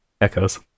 echoes